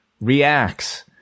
reacts